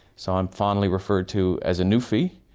so i'm fondly referred to as a newfie.